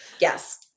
Yes